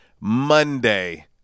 Monday